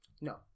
No